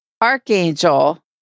Archangel